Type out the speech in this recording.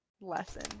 lesson